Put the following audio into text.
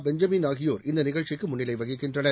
Benjamin ஆகியோர் இந்த நிகழ்ச்சிக்கு முன்னிலை வகிக்கின்றனர்